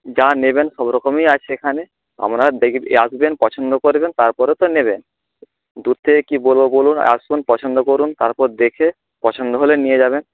যা নেবেন সব রকমই আছে এখানে আপনারা আসবেন পছন্দ করবেন তারপরে তো নেবেন দূর থেকে কী বলব বলুন আসুন পছন্দ করুন তারপর দেখে পছন্দ হলে নিয়ে যাবেন